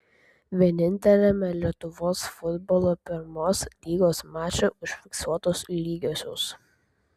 vieninteliame lietuvos futbolo pirmos lygos mače užfiksuotos lygiosios